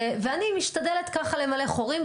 והיא משתדלת ככה למלא חורים.